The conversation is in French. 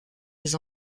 les